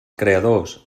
creadors